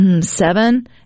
seven